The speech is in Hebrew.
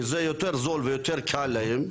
כי זה יותר זול ויותר קל להן.